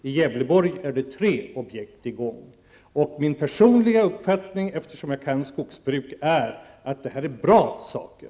I Gävleborg är det tre objekt i gång. Eftersom jag kan skogsbruk är min personliga uppfattning att det här är bra saker.